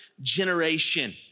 generation